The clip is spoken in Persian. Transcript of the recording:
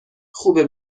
خوبه